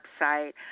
website